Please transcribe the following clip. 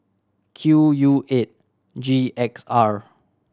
Q U eight G X R